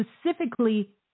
specifically